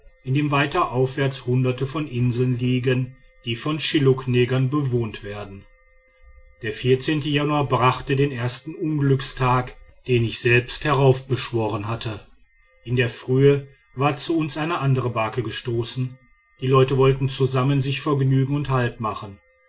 in dem weiter aufwärts hunderte von inseln liegen die von schilluknegern bewohnt werden der januar brachte den ersten unglückstag den ich selbst heraufbeschworen hatte in der frühe war zu uns eine andere barke gestoßen die leute wollten zusammen sich vergnügen und haltmachen